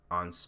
on